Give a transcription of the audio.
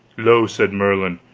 lo, said merlin,